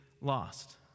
lost